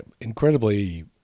incredibly